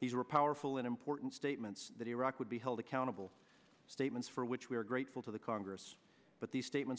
he's a reporter full in important statements that iraq would be held accountable statements for which we are grateful to the congress but these statements